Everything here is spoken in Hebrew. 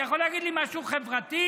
אתה יכול להגיד לי משהו חברתי,